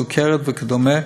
סוכרת וכדומה,